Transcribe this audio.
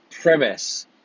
premise